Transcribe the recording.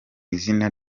izina